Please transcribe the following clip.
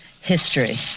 history